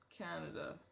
Canada